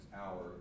hour